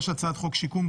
3.הצעת חוק שיקום,